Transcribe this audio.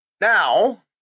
Now